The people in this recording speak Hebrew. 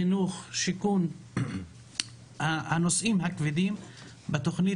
חינוך, שיכון, הנושאים הכבדים בתוכנית.